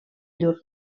llur